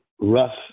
rough